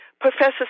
Professor